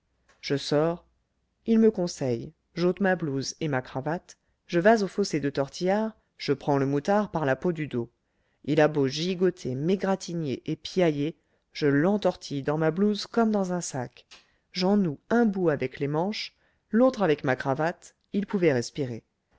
je sors il me conseille j'ôte ma blouse et ma cravate je vas au fossé de tortillard je prends le moutard par la peau du dos il a beau gigoter m'égratigner et piailler je l'entortille dans ma blouse comme dans un sac j'en noue un bout avec les manches l'autre avec ma cravate il pouvait respirer